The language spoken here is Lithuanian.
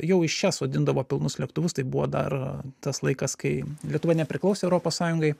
jau iš čia sodindavo pilnus lėktuvus tai buvo dar tas laikas kai lietuva nepriklausė europos sąjungai